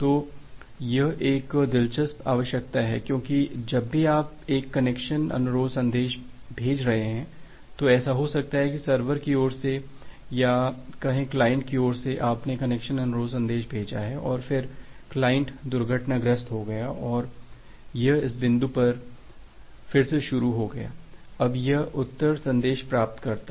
तो यह एक दिलचस्प आवश्यकता है क्योंकि जब भी आप एक कनेक्शन अनुरोध संदेश भेज रहे हैं तो ऐसा हो सकता है कि सर्वर की ओर से या कहे क्लाइंट की ओर से आपने कनेक्शन अनुरोध संदेश भेजा है और फिर क्लाइंट दुर्घटनाग्रस्त हो गया और यह इस बिंदु पर फिर से शुरू हो गया है अब यह उत्तर संदेश प्राप्त करता है